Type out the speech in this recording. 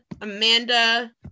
Amanda